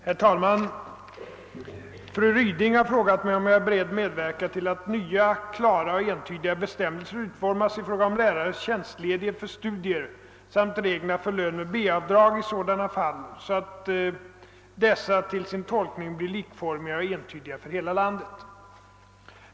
Herr talman! Fru Ryding har frågat mig om jag är beredd medverka till att nya, klara och entydiga bestämmelser utformas i fråga om lärares tjänstledighet för studier samt reglerna för lön med B-avdrag i sådana fall, så att dessa till sin tolkning blir likformiga och entydiga för hela landet.